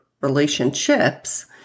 relationships